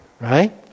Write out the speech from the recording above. right